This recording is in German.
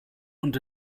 und